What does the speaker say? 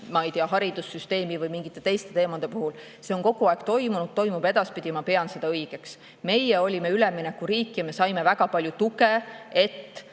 ma ei tea, haridussüsteemi või mingite teiste teemade puhul, on kogu aeg toimunud ja toimub ka edaspidi. Ma pean seda õigeks. Meie olime üleminekuriik ja me saime väga palju tuge, et